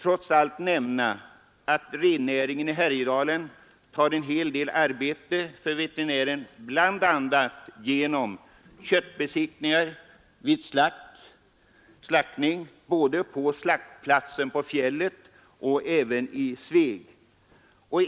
Rennäringen i Härjedalen vållar också en hel del arbete för veterinären, bl.a. genom köttbesiktningar vid slakt, både på slaktplatsen på fjället och i Sveg.